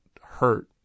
hurt